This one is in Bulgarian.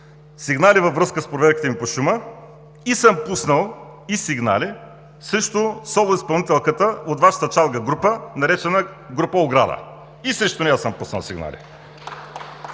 сигнали във връзка с проверките ми по шума, и съм пуснал и сигнали срещу соло изпълнителката от Вашата чалга група, наречена група „Ограда“. И срещу нея съм пуснал сигнали.